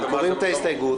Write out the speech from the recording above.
קוראים את הסתייגות.